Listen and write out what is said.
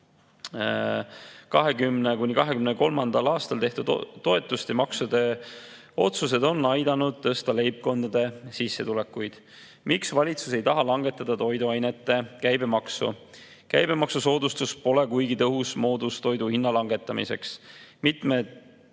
2020.–2023. aastal tehtud toetused ja maksude otsused on aidanud tõsta leibkondade sissetulekuid. "Miks valitsus ei taha langetada toiduainete käibemaksu?" Käibemaksusoodustus pole kuigi tõhus moodus toidu hinna langetamiseks. Mitmed